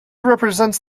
represents